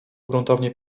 gruntownie